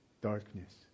Darkness